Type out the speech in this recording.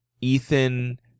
Ethan